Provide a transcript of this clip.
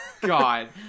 God